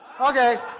Okay